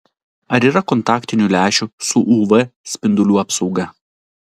ar yra kontaktinių lęšių su uv spindulių apsauga